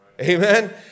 Amen